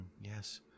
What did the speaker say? Yes